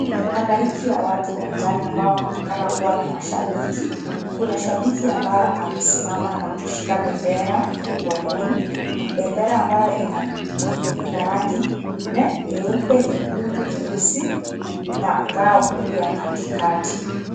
Halaiki ya watu uwanjani ambao wanaonekana kuwa ni mashabiki, kuna shabiki ambaye amesimama na kushika bendera mkononi, bendera ambao inarangi nne, nyeupe, nyekundu, nyeusi na ngau pia katikati.